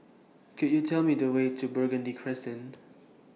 Could YOU Tell Me The Way to Burgundy Crescent